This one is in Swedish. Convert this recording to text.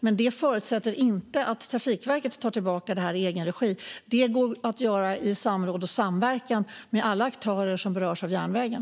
Men det förutsätter inte att Trafikverket tar tillbaka detta i egen regi, utan det går att göra i samråd och samverkan med alla aktörer som berörs av järnvägen.